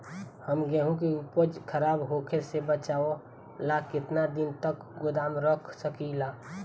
हम गेहूं के उपज खराब होखे से बचाव ला केतना दिन तक गोदाम रख सकी ला?